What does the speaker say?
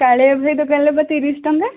କାଳିଆ ଭାଇ ଦୋକାନରେ ତ ତିରିଶ ଟଙ୍କା